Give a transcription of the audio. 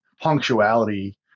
punctuality